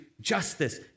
justice